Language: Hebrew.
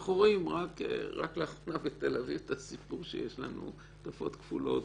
אנחנו רואים רק לאחרונה בתל אביב את הסיפור שיש לנו עם מעטפות כפולות